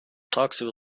tagsüber